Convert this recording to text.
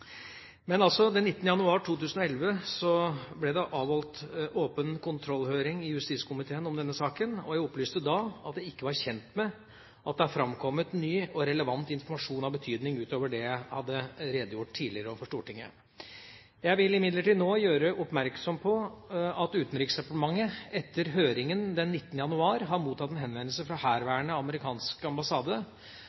januar 2011 ble det avholdt åpen kontrollhøring i justiskomiteen om denne saken. Jeg opplyste da at jeg ikke var kjent med at det har framkommet ny og relevant informasjon av betydning utover det jeg hadde redegjort for tidligere overfor Stortinget. Jeg vil imidlertid nå gjøre oppmerksom på at Utenriksdepartementet etter høringen den 19. januar har mottatt en henvendelse fra